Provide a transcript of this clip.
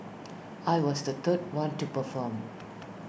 I was the third one to perform